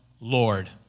Lord